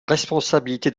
responsabilité